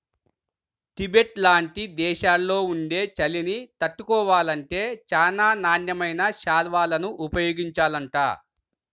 Tibet లాంటి దేశాల్లో ఉండే చలిని తట్టుకోవాలంటే చానా నాణ్యమైన శాల్వాలను ఉపయోగించాలంట